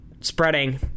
spreading